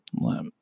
Let